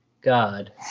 God